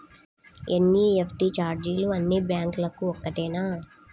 NEFT ఛార్జీలు అన్నీ బ్యాంక్లకూ ఒకటేనా?